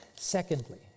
Secondly